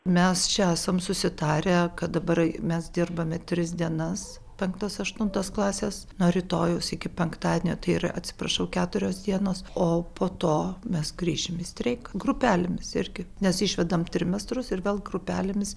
mes esam susitarę kad dabar mes dirbame tris dienas penktos aštuntos klasės nuo rytojaus iki penktadienio tai yra atsiprašau keturios dienos o po to mes grįšim į streiką grupelėmis irgi nes išvedam trimestrus ir vėl grupelėmis